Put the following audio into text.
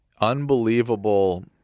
unbelievable